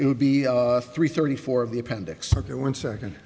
it would be three thirty four of the appendix or one second